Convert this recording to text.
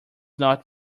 not